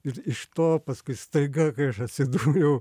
ir iš to paskui staiga kai aš atsidūriau